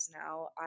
now